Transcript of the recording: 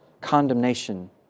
condemnation